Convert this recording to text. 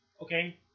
okay